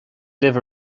libh